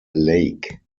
lake